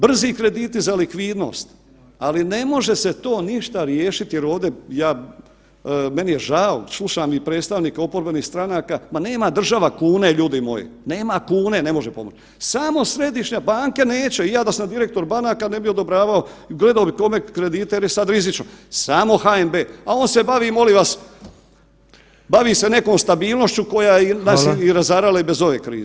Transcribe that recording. Brzi krediti za likvidnost, ali ne može se to ništa riješiti jer ovdje ja, meni je žao, slušam i predstavnike oporbenih stranaka, ma nema država kune ljudi moji, nema kune, ne može pomoć, samo središnja banka neće i ja da sam direktor banaka ne bi odobravao i gledao bi kome kredite jer je sad rizično, samo HNB, a on se bavi molim vas, bavi se nekom stabilnošću koja nas je i razarala i bez ove krize.